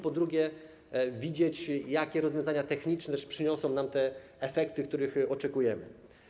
Po drugie, widzieć, jakie rozwiązania techniczne przyniosą nam efekty, których oczekujemy.